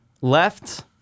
left